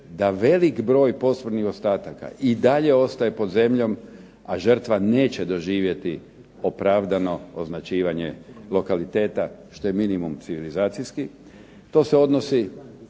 da velik broj posmrtnih ostataka i dalje ostaje pod zemljom, a žrtva neće doživjeti opravdano označivanje lokaliteta što je minimum civilizacijski. To se odnosi